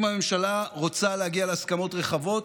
אם הממשלה רוצה להגיע להסכמות רחבות,